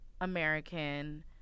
American